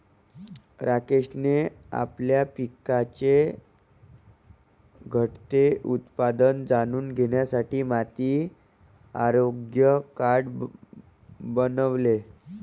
राकेशने आपल्या पिकाचे घटते उत्पादन जाणून घेण्यासाठी माती आरोग्य कार्ड बनवले